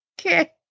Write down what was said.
Okay